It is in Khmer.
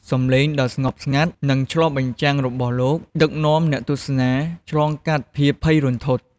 សំឡេងដ៏ស្ងប់ស្ងាត់ និងឆ្លុះបញ្ចាំងរបស់លោក ដឹកនាំអ្នកទស្សនាឆ្លងកាត់ភាពភ័យរន្ធត់ ។